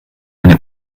eine